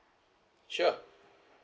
sure